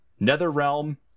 Netherrealm